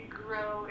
grow